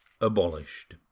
abolished